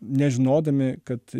nežinodami kad